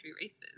races